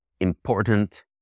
important